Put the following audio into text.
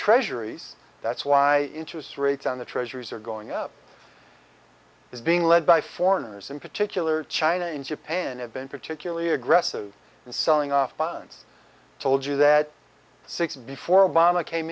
treasuries that's why interest rates on the treasuries are going up is being led by foreigners in particular china and japan have been particularly aggressive in selling off violence told you that six before obama came